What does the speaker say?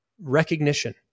recognition